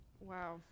Wow